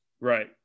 Right